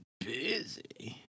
busy